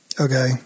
Okay